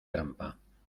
trampa